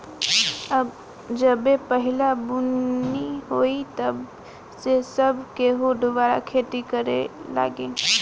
अब जबे पहिला बुनी होई तब से सब केहू दुबारा खेती करे लागी